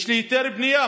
יש לי היתר בנייה,